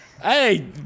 Hey